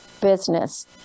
business